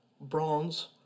bronze